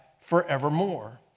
forevermore